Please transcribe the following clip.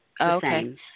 Okay